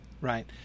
right